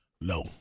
No